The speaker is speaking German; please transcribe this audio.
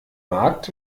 markt